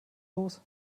los